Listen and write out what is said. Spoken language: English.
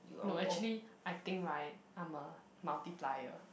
no actually I think right I'm a multiplier